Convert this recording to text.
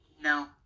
no